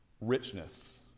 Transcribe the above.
richness